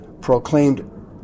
proclaimed